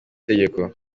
tegeko